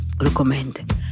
recommend